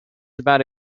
about